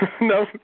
No